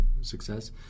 success